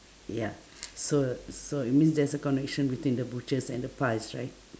ya so so it means there's a connection between the butchers and the pies right